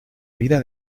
vida